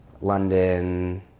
London